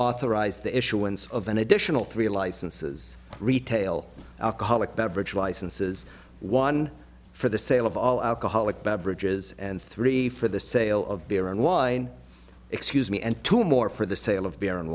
issuance of an additional three licenses retail alcoholic beverage licenses one for the sale of all alcoholic beverages and three for the sale of beer and wine excuse me and two more for the sale of beer and